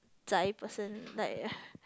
仔 person like